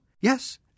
Yes